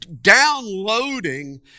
downloading